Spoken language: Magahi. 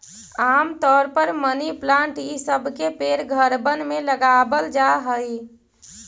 आम तौर पर मनी प्लांट ई सब के पेड़ घरबन में लगाबल जा हई